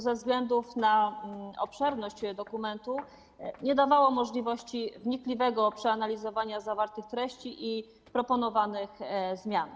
Ze względu na obszerność dokumentu nie dawało to możliwości wnikliwego przeanalizowania zawartych treści i proponowanych zmian.